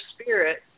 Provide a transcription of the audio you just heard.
spirit